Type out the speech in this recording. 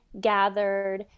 gathered